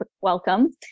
welcome